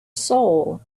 soul